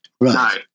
Right